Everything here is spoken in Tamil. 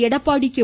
எடப்பாடி கே